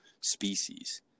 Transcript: species